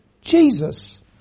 Jesus